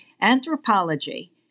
anthropology